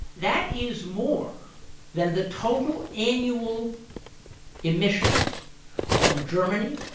that is more than the total annual emissions from germany,